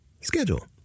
Schedule